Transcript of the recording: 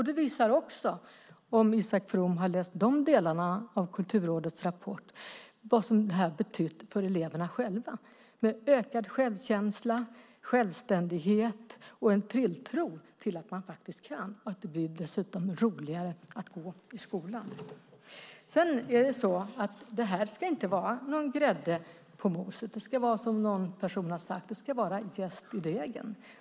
Det visar också, om Isak From har läst de delarna av Kulturrådets rapport, vad det här har betytt för eleverna själva: en ökad självkänsla, självständighet och en tilltro till att man faktiskt kan och att det blir roligare att gå i skolan. Sedan är det så att det här inte ska vara någon grädde på moset. Som någon person har sagt ska det vara jäst i degen.